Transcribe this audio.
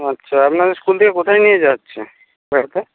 আচ্ছা আপনাদের স্কুল থেকে কোথায় নিয়ে যাওয়া হচ্ছে বেড়াতে